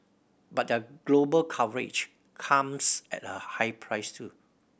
but their global coverage comes at a high price too